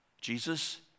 Jesus